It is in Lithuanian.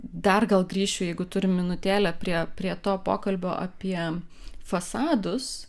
dar gal grįšiu jeigu turim minutėlę prie prie to pokalbio apie fasadus